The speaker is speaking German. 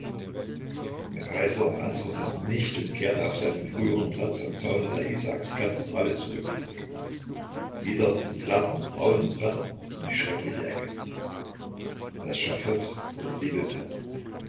der kaiser antwortete nicht und kehrte auf seinen früheren platz am zaune der isaakskathedrale zurück wieder die glatten grauen bretter und die schreckliche ecke das schaffott oder die